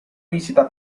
visita